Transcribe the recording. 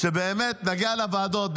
שנגיע לוועדות,